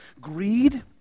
greed